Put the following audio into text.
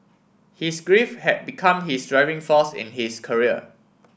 his grief had become his driving force in his career